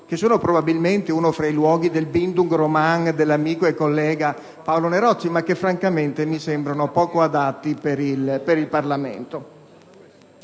che sono, probabilmente, uno dei luoghi del *Bildungsroman* dell'amico e collega Paolo Nerozzi ma che, francamente, mi sembrano poco adatti per il Parlamento.